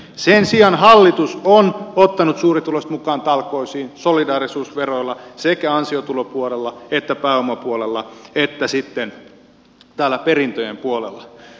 sen sijaan hallitus on ottanut suurituloiset mukaan talkoisiin solidaarisuusveroilla sekä ansiotulopuolella että pääomapuolella että sitten perintöjen puolella